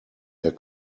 der